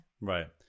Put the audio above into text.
right